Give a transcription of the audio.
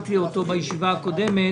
אמרתי אותו בישיבה הקודמת